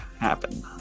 happen